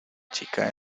chica